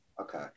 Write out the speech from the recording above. Okay